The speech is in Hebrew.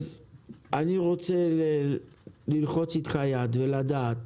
אז אני רוצה ללחוץ איתך יד ולדעת,